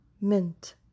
mint